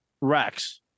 Rex